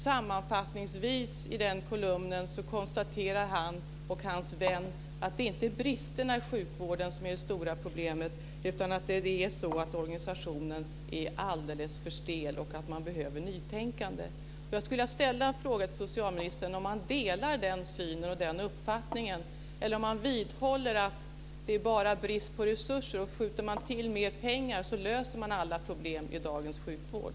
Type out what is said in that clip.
Sammanfattningsvis i kolumnen konstaterar han och hans vän att det inte är bristerna i sjukvården som är det stora problemet utan det är att organisationen är alldeles för stel. Man behöver nytänkande. Jag skulle vilja ställa en fråga till socialministern. Det gäller om han delar den synen och den uppfattningen eller om han vidhåller att det bara är fråga om brist på resurser - skjuter man till mer pengar löser man alla problem i dagens sjukvård.